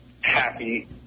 happy